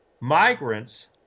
migrants